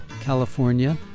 California